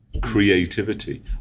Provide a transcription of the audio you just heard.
creativity